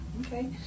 Okay